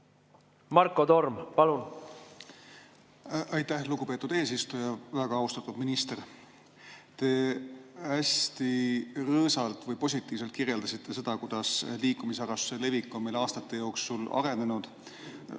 Marko Torm, palun!